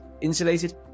insulated